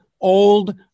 old